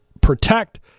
Protect